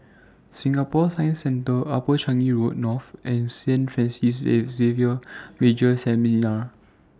Singapore Science Centre Upper Changi Road North and Saint Francis Xavier Major Seminary